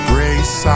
Grace